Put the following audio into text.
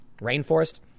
rainforest